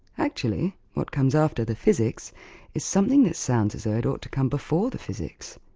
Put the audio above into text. actually, what comes after the physics is something that sounds as though it ought to come before the physics.